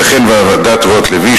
וכן ועדת-רוטלוי,